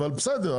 אבל בסדר,